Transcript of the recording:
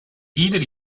ieder